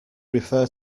refer